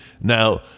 Now